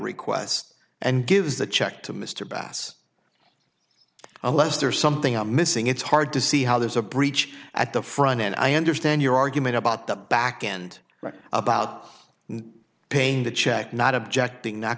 request and gives the check to mr bass unless there's something i'm missing it's hard to see how there's a breach at the front end i understand your argument about the backend about paying the check not objecting not